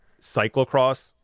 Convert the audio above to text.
cyclocross